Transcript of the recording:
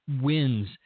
wins